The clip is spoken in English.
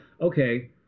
okay